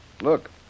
Look